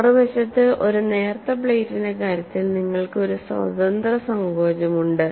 മറുവശത്ത് ഒരു നേർത്ത പ്ലേറ്റിന്റെ കാര്യത്തിൽ നിങ്ങൾക്ക് ഒരു സ്വതന്ത്ര സങ്കോചമുണ്ട്